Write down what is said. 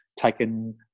taken